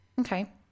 Okay